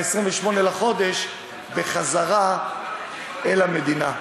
ב-28 בחודש, בחזרה מהמדינה.